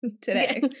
today